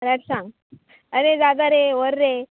जाल्यार सांग आरे जाता रे व्हर रे